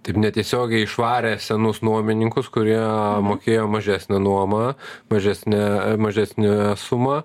taip netiesiogiai išvarė senus nuomininkus kurie mokėjo mažesnę nuomą mažesnę mažesnę sumą